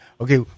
Okay